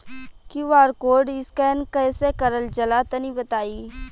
QR code scan कैसे क़रल जला तनि बताई?